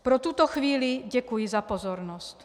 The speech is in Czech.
Pro tuto chvíli děkuji za pozornost.